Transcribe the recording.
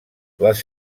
les